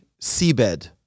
seabed